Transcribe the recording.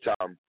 time